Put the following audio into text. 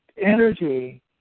energy